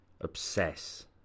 obsess